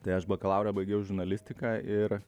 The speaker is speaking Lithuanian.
tai aš bakalaurą baigiau žurnalistiką ir